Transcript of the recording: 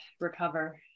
recover